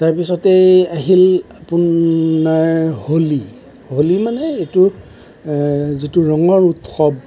তাৰপিছতেই আহিল আপোনাৰ হোলী হোলী মানে এইটো যিটো ৰঙৰ উৎসৱ